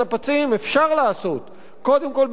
קודם כול באמצעות תהליך מדיני אמיתי,